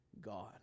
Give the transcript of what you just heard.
God